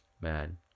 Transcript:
man